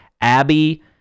Abby